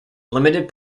limited